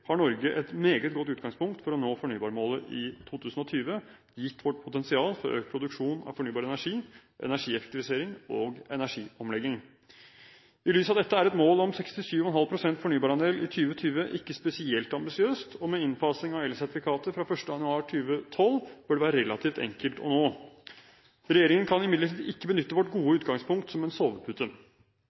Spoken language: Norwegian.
har Norge et meget godt utgangspunkt for å nå fornybarmålet i 2020, gitt vårt potensial for økt produksjon av fornybar energi, energieffektivisering og energiomlegging. I lys av dette er et mål om 67,5 pst. fornybarandel i 2020 ikke spesielt ambisiøst, og med innfasing av elsertifikater fra 1. januar 2012 bør det være relativt enkelt å nå. Regjeringen kan imidlertid ikke benytte vårt gode utgangspunkt som en sovepute.